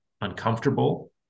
uncomfortable